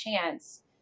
chance